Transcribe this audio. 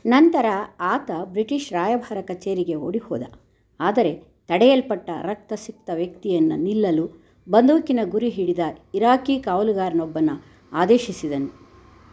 ನಂತರ ಆತ ಬ್ರಿಟಿಷ್ ರಾಯಭಾರ ಕಚೇರಿಗೆ ಓಡಿಹೋದ ಆದರೆ ತಡೆಯಲ್ಪಟ್ಟ ರಕ್ತಸಿಕ್ತ ವ್ಯಕ್ತಿಯನ್ನು ನಿಲ್ಲಲು ಬಂದೂಕಿನ ಗುರಿ ಹಿಡಿದ ಇರಾಕಿ ಕಾವಲುಗಾರನೊಬ್ಬನು ಆದೇಶಿಸಿದನು